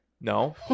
no